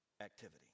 activity